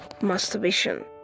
masturbation